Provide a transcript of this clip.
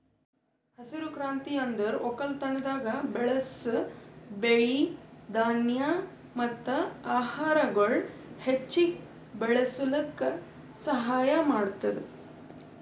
ಹಸಿರು ಕ್ರಾಂತಿ ಅಂದುರ್ ಒಕ್ಕಲತನದಾಗ್ ಬೆಳಸ್ ಬೆಳಿ, ಧಾನ್ಯ ಮತ್ತ ಆಹಾರಗೊಳ್ ಹೆಚ್ಚಿಗ್ ಬೆಳುಸ್ಲುಕ್ ಸಹಾಯ ಮಾಡ್ತುದ್